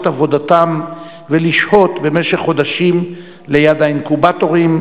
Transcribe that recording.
את עבודתם ולשהות במשך חודשים ליד האינקובטורים,